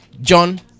John